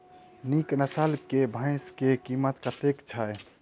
नीक नस्ल केँ भैंस केँ कीमत कतेक छै?